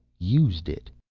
used it.